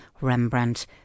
rembrandt